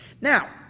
Now